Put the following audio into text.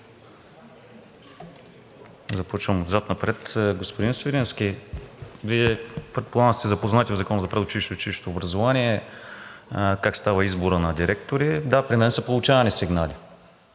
Започвам отзад напред. Господин Свиленски, Вие предполагам сте запознати в Закона за предучилищното и училищното образование как става изборът на директори? Да, при мен са получавани сигнали.